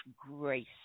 grace